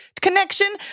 connection